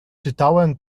czytałem